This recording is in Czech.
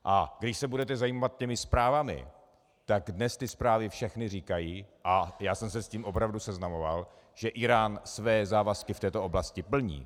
A když se budete zabývat těmi zprávami, tak dnes ty zprávy všechny říkají, a já jsem se s tím opravdu seznamoval, že Írán své závazky v této oblasti plní.